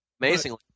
Amazingly